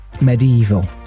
Medieval